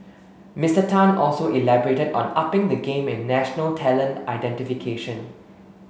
Mister Tan also elaborated on upping the game in national talent identification